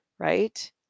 right